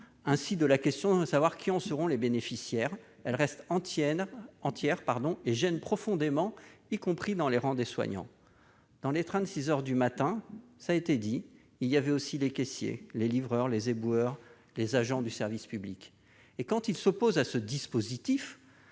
Ainsi, la question de savoir qui en seront les bénéficiaires reste entière et gêne profondément, y compris dans les rangs des soignants. Dans le train de six heures du matin, cela a été rappelé, ces derniers étaient aux côtés des caissiers, des livreurs, des éboueurs, des agents du service public ... Quand ils s'opposent à ce dispositif,